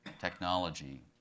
technology